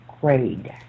grade